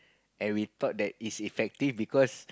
and we thought that it's effective because